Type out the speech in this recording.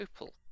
Opal